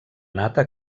nata